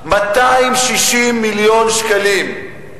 260 מיליון שקלים,